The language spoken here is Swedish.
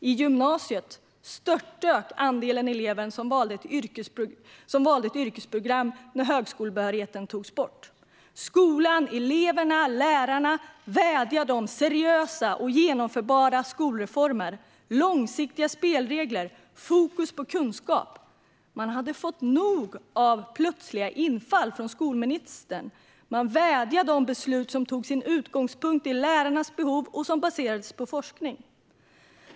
I gymnasiet störtdök andelen elever som valde ett yrkesprogram när högskolebehörigheten togs bort. Skolan, eleverna och lärarna vädjade om seriösa och genomförbara skolreformer, långsiktiga spelregler, fokus på kunskap. Man hade fått nog av plötsliga infall från skolministern. Man vädjade om beslut som tog sin utgångspunkt i lärarnas behov och som baserades på forskning.